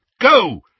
Go